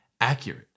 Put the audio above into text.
accurate